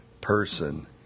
person